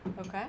Okay